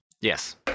Yes